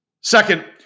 Second